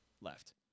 left